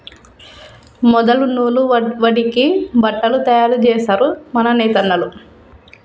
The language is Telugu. మొదలు నూలు వడికి బట్టలు తయారు జేస్తరు మన నేతన్నలు